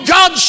God